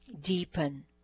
deepen